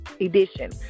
edition